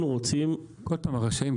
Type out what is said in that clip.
עוד פעם ה-"רשאים".